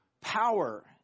power